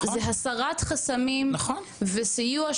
זה הסרת חסמים וסיוע,